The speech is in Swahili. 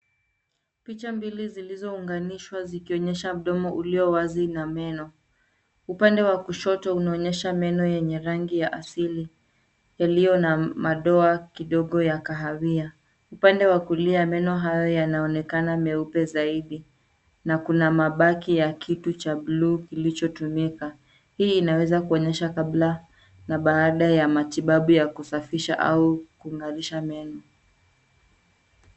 Picha mbili zilizounganishwa zikionyesha mdomo ulio wazi na meno. Upande wa kushoto unaonyesha meno yenye rangi ya asili yaliyo na madoa kidogo ya kahawia. Upande wa kulia meno hayo yanaonekana meupe zaidi na kuna mabaki ya kitu cha bluu kilichotumika. Hii inaweza kuonyesha kabla na baada ya matibabu ya kusafisha au kung'arisha meno.